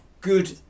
good